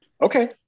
Okay